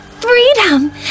freedom